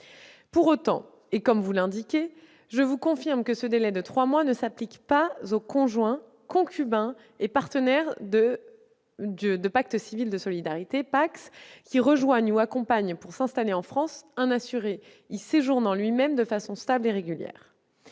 Pour autant, et comme vous l'indiquez, je vous confirme que ce délai de trois mois ne s'applique pas aux conjoints, concubins et partenaires de pacte civil de solidarité qui rejoignent ou accompagnent, pour s'installer en France, un assuré y séjournant lui-même de façon stable et régulière.